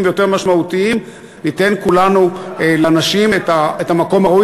ויותר משמעותיים ניתן כולנו לנשים את המקום הראוי,